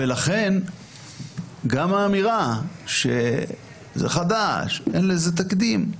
לכן גם האמירה שזה חדש, אין לזה תקדים,